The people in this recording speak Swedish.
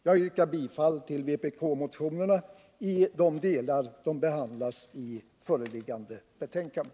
Jag yrkar bifall till vpk-motionen i de delar de behandlas i föreliggande betänkande.